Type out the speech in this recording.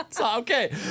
Okay